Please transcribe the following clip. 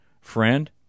Friend